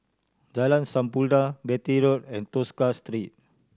Jalan Sampurna Beatty Road and Tosca Street